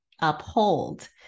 uphold